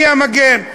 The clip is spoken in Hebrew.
אני המגן.